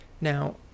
Now